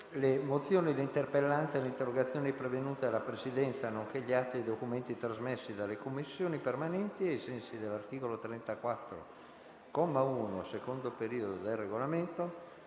Le mozioni, le interpellanze e le interrogazioni pervenute alla Presidenza, nonché gli atti e i documenti trasmessi alle Commissioni permanenti ai sensi dell’articolo 34, comma 1, secondo periodo, del Regolamento